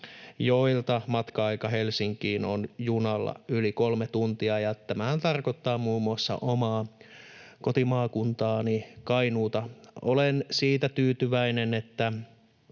joilta matka-aika Helsinkiin on junalla yli kolme tuntia, ja tämähän tarkoittaa muun muassa omaa kotimaakuntaani Kainuuta. Olen siitä tyytyväinen, että